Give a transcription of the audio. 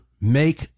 make